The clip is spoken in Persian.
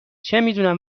چمیدونم